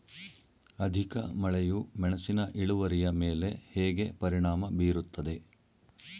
ಅಧಿಕ ಮಳೆಯು ಮೆಣಸಿನ ಇಳುವರಿಯ ಮೇಲೆ ಹೇಗೆ ಪರಿಣಾಮ ಬೀರುತ್ತದೆ?